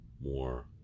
more